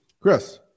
Chris